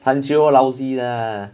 tanjiro lousy lah